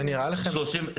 זה נראה לכם מספק?